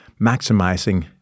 maximizing